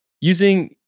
Using